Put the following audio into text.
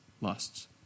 lusts